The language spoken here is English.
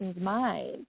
mind